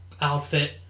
outfit